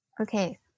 Okay